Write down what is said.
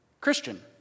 Christian